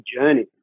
journey